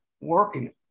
working